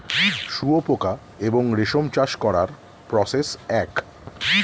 শুয়োপোকা এবং রেশম চাষ করার প্রসেস এক